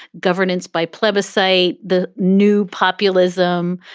governance by pleva, say the new populism.